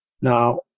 Now